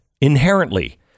inherently